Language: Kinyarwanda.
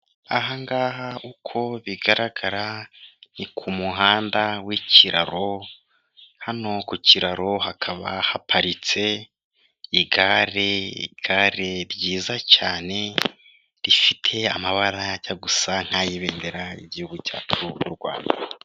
Ahangaha uko bigaragara ni ku muhanda w'ikiraro hano ku kiraro hakaba haparitse igare, igare ryiza cyane rifite amabara ajya gusa nk'ay'ibendera ry'igihugu cyacu cy'u Rwanda.